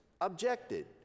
objected